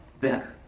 better